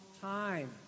time